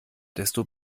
desto